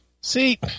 See